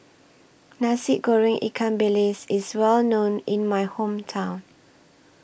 Nasi Goreng Ikan Bilis IS Well known in My Hometown